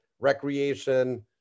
Recreation